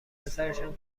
پسرشم